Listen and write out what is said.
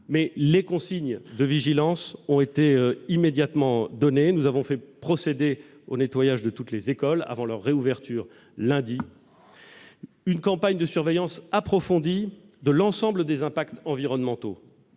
point. Les consignes de vigilance ont été immédiatement données. Nous avons fait procéder au nettoyage de toutes les écoles avant leur réouverture lundi. Une campagne de surveillance approfondie de l'ensemble des impacts environnementaux